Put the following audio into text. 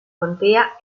contea